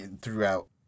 throughout